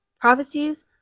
prophecies